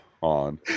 on